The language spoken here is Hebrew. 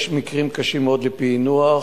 יש מקרים קשים מאוד לפענוח,